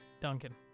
Duncan